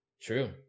True